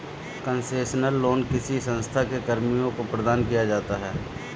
concessional loan किसी संस्था के कर्मियों को प्रदान किया जाता है